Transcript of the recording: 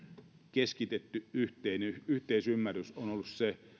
keskitetty yhteisymmärrys on ollut se